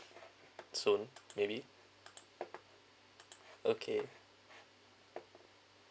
soon maybe okay